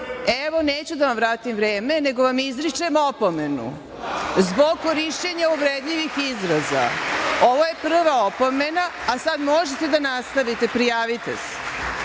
neću da vam vratim vreme, nego vam izričem opomenu zbog korišćenja uvredljivih izraza. Ovo je prva opomena, a sad možete da nastavite. Prijavite se,